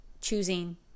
choosing